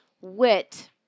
wit